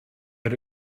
but